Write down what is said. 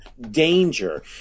danger